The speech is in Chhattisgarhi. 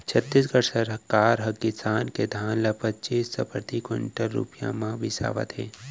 छत्तीसगढ़ सरकार ह किसान के धान ल पचीस सव प्रति कोंटल रूपिया म बिसावत हे